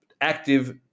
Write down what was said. active